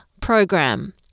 Program